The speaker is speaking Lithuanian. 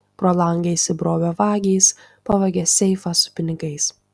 pro langą įsibrovę vagys pavogė seifą su pinigais